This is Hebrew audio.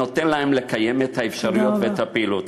נותן להם אפשרויות לקיים את הפעילות.